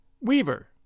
Weaver